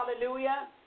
hallelujah